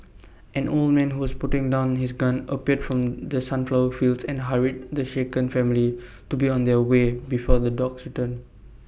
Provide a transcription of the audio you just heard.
an old man who was putting down his gun appeared from the sunflower fields and hurried the shaken family to be on their way before the dogs return